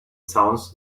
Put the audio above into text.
sounds